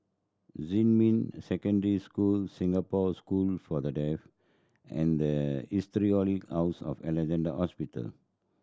Xinmin Secondary School Singapore School for The Deaf and the Historic House of Alexandra Hospital